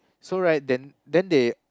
so right then then they